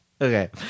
Okay